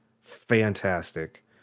fantastic